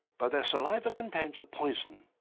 but their saliva contains a poison.